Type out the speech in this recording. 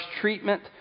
treatment